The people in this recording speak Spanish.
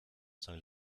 san